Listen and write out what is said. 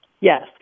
Yes